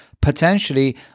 potentially